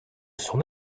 son